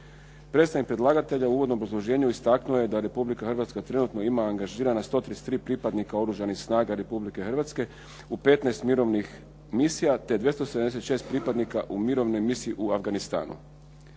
Predstavnik predlagatelja u uvodnom obrazloženju istaknuo je da Republika Hrvatska trenutno ima angažirana 133 pripadnika Oružanih snaga Republike Hrvatske u 15 mirovnih misija te 276 pripadnika u mirovnoj misiji u Afganistanu.